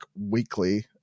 weekly